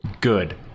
Good